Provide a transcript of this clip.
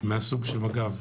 מהסוג של מג"ב.